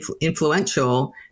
influential